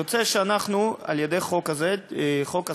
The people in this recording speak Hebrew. יוצא שעל-ידי החוק הזה, חוק הספורט,